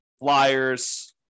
flyers